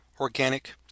organic